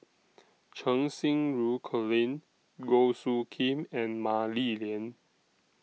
Cheng Xinru Colin Goh Soo Khim and Mah Li Lian